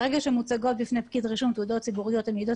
ברגע שמוצגות בפני פקיד רישום תעודות ציבוריות המעידות